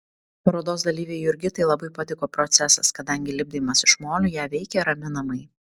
parodos dalyvei jurgitai labai patiko procesas kadangi lipdymas iš molio ją veikė raminamai